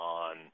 on